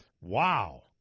Wow